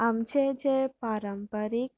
आमचें जें पारंपारीक